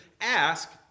ask